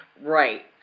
Right